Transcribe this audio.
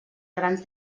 grans